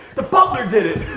the butler did it!